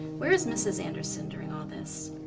where is mrs. anderson during all this?